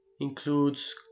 includes